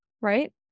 right